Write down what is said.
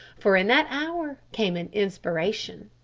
for in that hour came an inspiration.